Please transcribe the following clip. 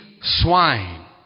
swine